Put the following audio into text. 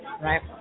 Right